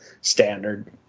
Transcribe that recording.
standard